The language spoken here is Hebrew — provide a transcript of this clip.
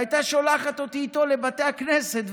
והייתה שולחת אותי איתו לבתי הכנסת,